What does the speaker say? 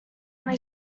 only